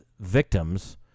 victims